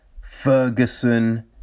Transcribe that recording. Ferguson